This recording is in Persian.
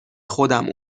خودم